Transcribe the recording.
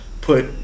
put